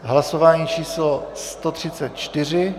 Hlasování číslo 134.